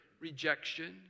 rejection